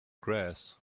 grass